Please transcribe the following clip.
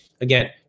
again